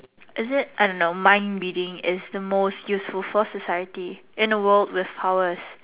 is it I don't know mind reading is the most useful for society in the world with powers